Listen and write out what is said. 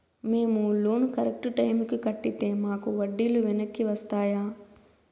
మేము loan correct టైముకి కట్టితే మాకు వడ్డీ లు వెనక్కి వస్తాయా?